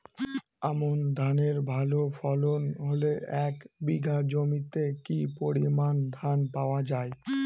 আমন ধানের ভালো ফলন হলে এক বিঘা জমিতে কি পরিমান ধান পাওয়া যায়?